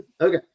Okay